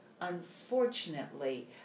Unfortunately